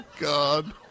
God